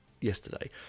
yesterday